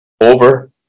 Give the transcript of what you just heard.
over